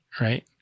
Right